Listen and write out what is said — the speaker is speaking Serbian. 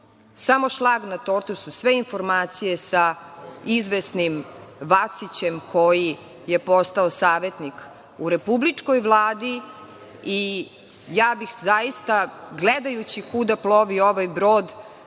praktično. Šlag na tortu su sve informacije sa izvesnim Vacićem, koji je postao savetnik u republičkoj Vladi i zaista bih gledajući kuda plovi ovaj brod,